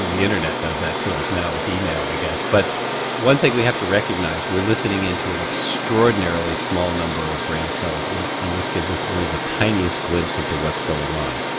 the internet does that to us now with email i guess. but one thing we have to recognise we're listening in to an extraordinarily small number of brain cells and and this gives us only the tiniest glimpse into what's going on.